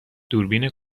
دوربین